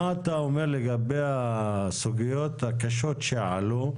מה אתה אומר לגבי הסוגיות הקשות שעלו,